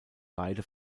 beide